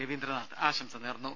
രവീന്ദ്രനാഥ് ആശംസ നേർന്നു